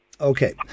Okay